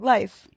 Life